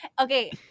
Okay